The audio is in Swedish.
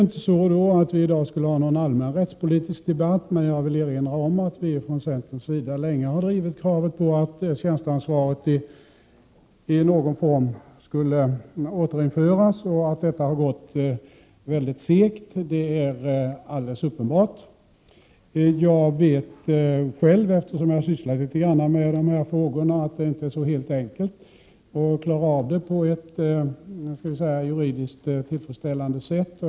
I dag skall vi emellertid inte ha någon allmän rättspolitisk debatt, men jag vill erinra om att vi från centern länge har drivit kravet på att tjänsteansvaret i någon form skall återinföras. Men det är ganska uppenbart att detta arbete har gått mycket segt. Eftersom jag arbetat en del med dessa frågor vet jag att det inte är helt enkelt att klara av detta på ett juridiskt tillfredsställande sätt.